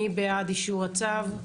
מי בעד אישור הצו?